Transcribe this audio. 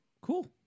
Cool